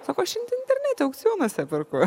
sako aš int internete aukcionuose perku